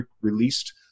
released